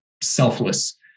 selfless